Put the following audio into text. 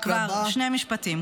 שני משפטים.